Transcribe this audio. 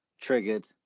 triggered